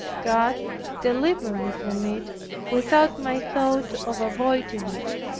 god delivered me from it without my thought of avoiding it.